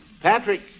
Patrick